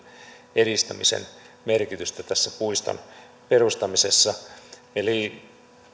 edistämisen merkitystä puiston perustamisessa eli